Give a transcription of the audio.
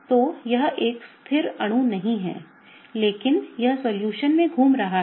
तो यह एक स्थिर अणु नहीं है लेकिन यह सॉल्यूशन में घूम रहा है